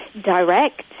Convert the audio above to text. direct